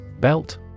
Belt